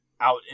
out